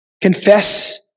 Confess